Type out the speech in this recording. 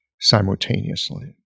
simultaneously